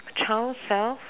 a child self